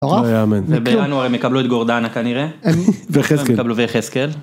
ובינואר הם יקבלו את גורדנה כנראה, וחסקל.